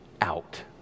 out